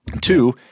Two